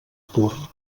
pur